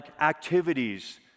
activities